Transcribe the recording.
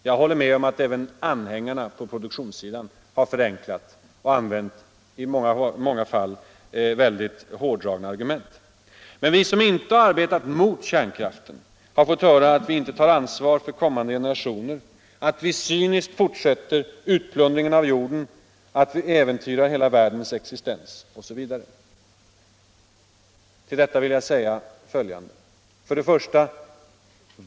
Jag håller med om att även anhängarna på produktionssidan har förenklat debatten och i många fall använt hårdragna argument. Men vi som inte arbetat mot kärnkraften har fått höra att vi inte tar ansvar för kommande generationer, att vi cyniskt fortsätter utplundringen av jorden, att vi äventyrar hela världens existens, osv. Till detta vill jag säga följande: 1.